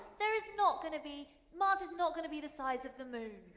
there is not going to be mars is not going to be the size of the moon.